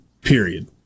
period